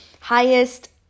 highest